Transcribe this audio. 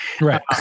Right